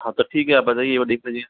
हाँ तो ठीक है आप आ जाइए और देख लीजिए